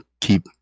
keep